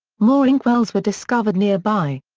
more inkwells were discovered nearby.